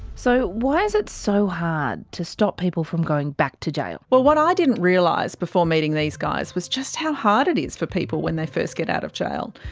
so. why is it so hard to stop people from going back to jail? well, what i didn't realise before meeting these guys was just how hard it is for people when they first get out of jail.